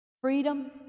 freedom